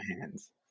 hands